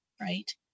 Right